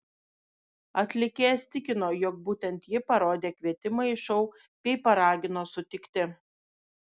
atlikėjas tikino jog būtent ji parodė kvietimą į šou bei paragino sutikti